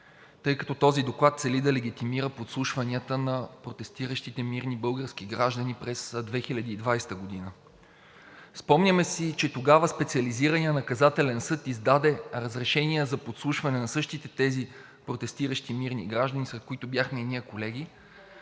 тъй като този доклад цели да легитимира подслушванията на протестиращите мирни български граждани през 2020 г. Спомняме си, че тогава Специализираният наказателен съд издаде разрешения за подслушване на същите тези протестиращи мирни граждани, сред които бяхме и ние, колеги,